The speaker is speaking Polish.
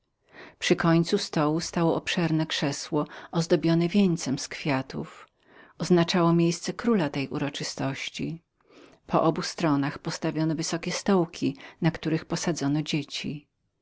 przy końcu stołu obszerne krzesło ozdobione wieńcem z kwiatów oznaczało miejsce króla tej uroczystości po obu stronach postawiono wysokie stołki na których posadzono dzieci